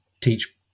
teach